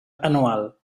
anual